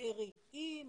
זה לא קלישאה מה שאני אומר,